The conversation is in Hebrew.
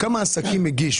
כשאנחנו נדע כמה עסקים הגישו,